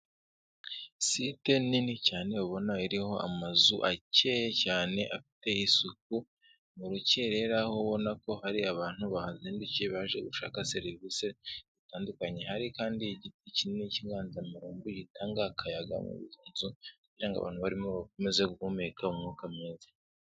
Site nini cyane ubona iriho amazu akeye cyane afite isuku, mu rukerera aho ubona ko hari abantu bahazindukiye baje gushaka serivisi zitandukanye, hari kandi igiti kinini cy'inganzamarumbo gitanga akayaga mu nzu kugira ngo abantu barimo bakomeze guhumeka umwuka mwiza.